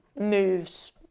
moves